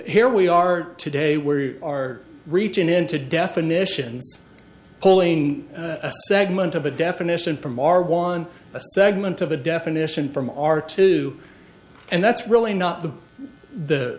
here we are today where you are reaching into definitions paul wayne segment of a definition from our won a segment of a definition from our two and that's really not the the